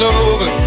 over